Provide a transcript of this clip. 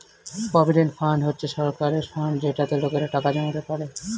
provident fund হচ্ছে সরকারের fund যেটাতে লোকেরা টাকা জমাতে পারে